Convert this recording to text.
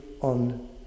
on